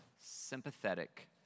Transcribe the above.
sympathetic